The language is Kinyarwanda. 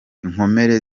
inkomere